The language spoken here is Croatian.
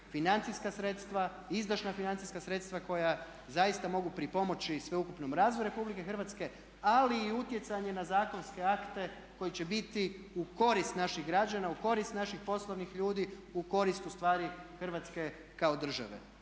financijska sredstva, izdašna financijska sredstva koja zaista mogu pripomoći sveukupnom razvoju Republike Hrvatske ali i utjecanje na zakonske akte koji će biti u korist naših građana, u korist naših poslovnih ljudi, u korist ustvari Hrvatske kao države.